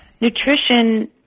nutrition